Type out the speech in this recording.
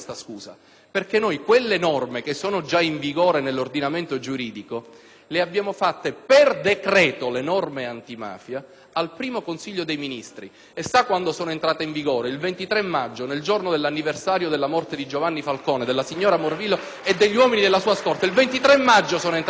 le abbiamo stabilite per decreto nel primo Consiglio dei ministri. E sa quando sono entrate in vigore? Il 23 maggio, nel giorno dell'anniversario della morte di Giovanni Falcone, della signora Morvillo e degli uomini della sua scorta. *(Applausi dal Gruppo PdL).* Il 23 maggio sono entrate in vigore. Quindi, senatore Li Gotti, mi permetta: leggi e non parole;